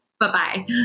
Bye-bye